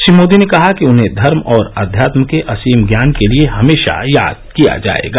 श्री मोदी ने कहा कि उन्हें धर्म और अध्यात्म के असीम ज्ञान के लिए हमेशा याद किया जाएगा